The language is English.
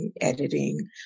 editing